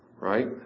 Right